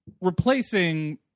replacing